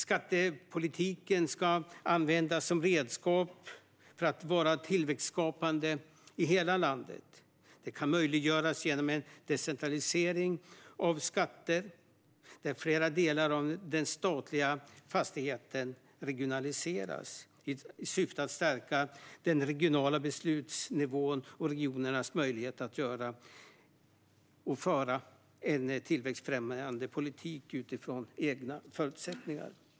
Skattepolitiken ska användas som redskap för tillväxtskapande i hela landet. Det kan möjliggöras genom en decentralisering av skatter, där flera delar av den statliga fastighetsskatten regionaliseras i syfte att stärka den regionala beslutsnivån och regionernas möjlighet att föra en tillväxtfrämjande politik utifrån egna förutsättningar.